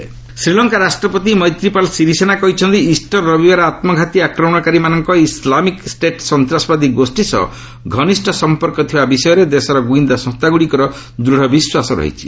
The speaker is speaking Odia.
ଏସ୍ଏଲ୍ ପ୍ରେସିଡେଣ୍ଟ ଶ୍ରୀଲଙ୍କା ରାଷ୍ଟ୍ରପତି ମେିଥ୍ରୀପାଲ ସିରିସେନା କହିଚ୍ଚନ୍ତି ଇଷ୍ଟର ରବିବାର ଆତ୍ମଘାତୀ ଆକ୍ରମଣକାରୀମାନଙ୍କର ଇସ୍ଲାମିକ୍ ଷ୍ଟେଟ୍ ସନ୍ତାସବାଦୀ ଗୋଷ୍ଠୀ ସହ ଘନିଷ୍ଠ ସଂପର୍କ ଥିବା ବିଷୟରେ ଦେଶର ଗୁଇନ୍ଦା ସଂସ୍ଥାଗୁଡ଼ିକର ଦୃଢ଼ ବିଶ୍ୱାସ ରହିଛି